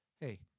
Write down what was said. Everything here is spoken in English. hey